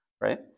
Right